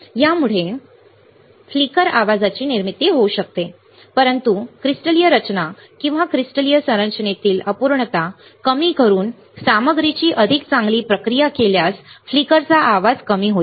यामुळे फ्लिकर आवाजाची निर्मिती होऊ शकते परंतु क्रिस्टलीय रचना किंवा क्रिस्टलीय संरचनेतील अपूर्णता कमी करून सामग्रीची अधिक चांगली प्रक्रिया केल्यास फ्लिकरचा आवाज कमी होईल